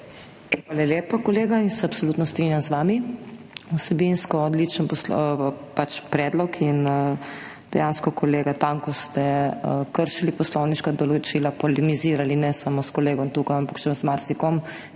Hvala lepa, kolega. Absolutno se strinjam z vami, vsebinsko odličen predlog. Kolega Tanko dejansko ste kršili poslovniška določila, polemizirali ne samo s kolegom tukaj, ampak še z marsikom,